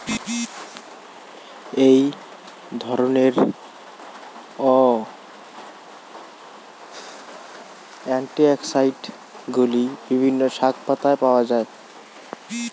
এই ধরনের অ্যান্টিঅক্সিড্যান্টগুলি বিভিন্ন শাকপাতায় পাওয়া য়ায়